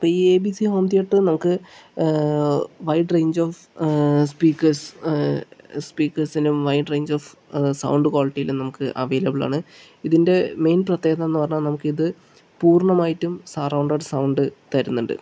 അപ്പോൾ ഈ A B C home theatre നമുക്ക് വൈഡ് റേഞ്ച് ഓഫ് സ്പീക്കേർസ് സ്പീക്കേർസിനും വൈഡ് റേഞ്ച് ഓഫ് സൗണ്ട് ക്വാളിറ്റിയിലും നമുക്ക് അവൈലബിൾ ആണ് ഇതിൻ്റെ മെയിൻ പ്രത്യേകതയെന്ന് പറഞ്ഞാൽ നമുക്കിത് പൂർണ്ണമായിട്ടും സറൗണ്ടഡ് സൗണ്ട് തരുന്നുണ്ട്